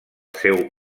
seu